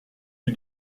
lui